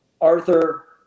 Arthur